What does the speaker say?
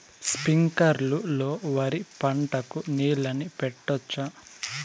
స్ప్రింక్లర్లు లో వరి పంటకు నీళ్ళని పెట్టొచ్చా?